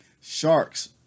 sharks